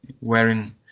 wearing